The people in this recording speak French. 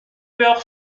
peur